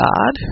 God